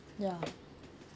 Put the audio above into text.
ya